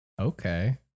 Okay